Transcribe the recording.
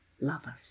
lovers